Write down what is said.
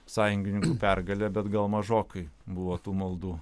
sąjungininkų pergalę bet gal mažokai buvo tų maldų